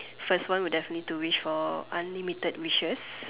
first would would definitely to wish for unlimited wishes